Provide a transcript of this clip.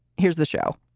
here's the show